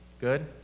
Good